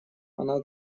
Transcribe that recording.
она